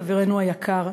חברנו היקר,